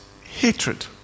hatred